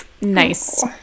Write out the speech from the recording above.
nice